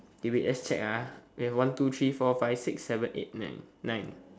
okay wait just check ah we have one two three four five six seven eight nine nine